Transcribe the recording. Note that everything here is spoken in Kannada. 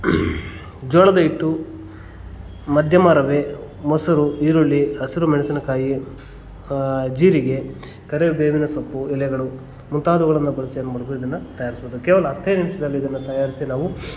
ಜೋಳದ ಹಿಟ್ಟು ಮಧ್ಯಮ ರವೆ ಮೊಸರು ಈರುಳ್ಳಿ ಹಸಿರು ಮೆಣಸಿನಕಾಯಿ ಜೀರಿಗೆ ಕರಿಬೇವಿನ ಸೊಪ್ಪು ಎಲೆಗಳು ಮುಂತಾದವುಗಳನ್ನು ಬಳಸಿ ಏನು ಮಾಡ್ಬೋದು ಇದನ್ನು ತಯಾರಿಸ್ಬೋದು ಕೇವಲ ಹತ್ತೇ ನಿಮಿಷದಲ್ಲಿ ಇದನ್ನು ತಯಾರಿಸಿ ನಾವು